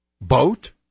boat